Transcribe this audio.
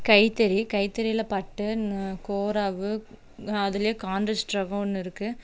கைத்தறி கைத்தறியில் பட்டு கோரா அதுலேயே கான்ட்ரஸ்ட்டாகவும் ஒன்று இருக்கு